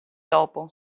dopo